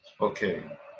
okay